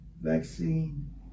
vaccine